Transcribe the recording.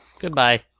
Goodbye